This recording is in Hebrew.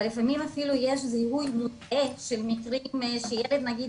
לפעמים אפילו יש זיהוי מוטעה של מקרים שילד נגיד